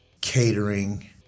catering